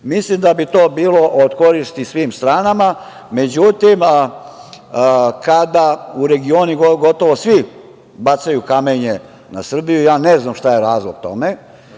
BiH.Mislim da bi to bilo od koristi svim stranama. Međutim, kada regioni, gotovo svi, bacaju kamenje na Srbiju, ja ne znam šta je razlog tome,